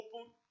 open